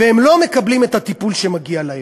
והם לא מקבלים את הטיפול שמגיע להם.